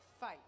fight